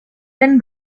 dan